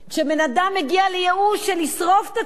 כשבן-אדם מגיע לייאוש של לשרוף את עצמו,